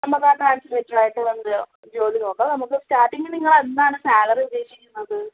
നമ്മൾക്ക് ആ ട്രാൻസിലേറ്റർ ആയിട്ട് വന്ത് ജോലി നോക്കാം നമുക്ക് സ്റ്റാർട്ടിങ നിങ്ങൾ എന്താണ് സാലറി ഉദ്ദേശിക്കുന്നത്